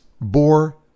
bore